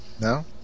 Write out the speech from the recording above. No